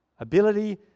Ability